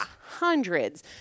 hundreds